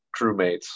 crewmates